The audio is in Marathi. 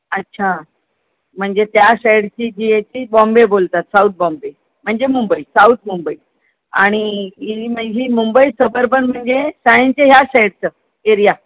अच्छा म्हणजे त्या साईडची जी आहे ती बॉम्बे बोलतात साऊथ बॉम्बे म्हणजे मुंबई साऊथ मुंबई आणि मुंबई सबअर्बन म्हणजे सायनच्या या साईडचं एरिया